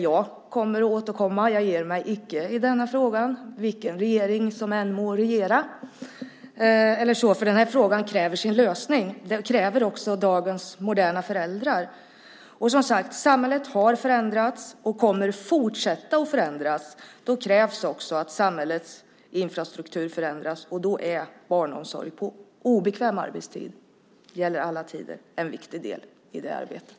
Jag kommer att återkomma, för jag ger mig inte i denna fråga vilken regering som än må regera. Frågan kräver sin lösning. Det kräver också dagens moderna föräldrar. Som sagt: Samhället har förändrats och kommer att fortsätta att förändras. Då krävs också att samhällets infrastruktur förändras. Barnomsorg på obekväm arbetstid är en viktig del i det arbetet.